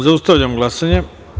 Zaustavljam glasanje.